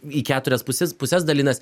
į keturias puses puses dalinas